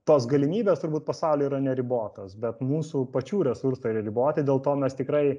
tos galimybės turbūt pasauly yra neribotos bet mūsų pačių resursai yra riboti dėl to mes tikrai